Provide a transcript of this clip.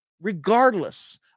regardless